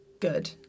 good